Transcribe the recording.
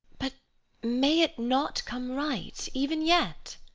but may it not come right even yet?